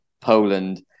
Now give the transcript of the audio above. Poland